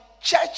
church